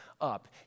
up